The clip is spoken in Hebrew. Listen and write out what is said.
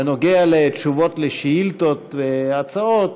בנוגע לתשובות על שאילתות והצעות,